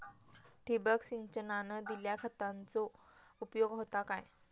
ठिबक सिंचनान दिल्या खतांचो उपयोग होता काय?